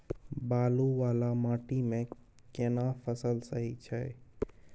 बालू वाला माटी मे केना फसल सही छै?